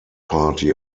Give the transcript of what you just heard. party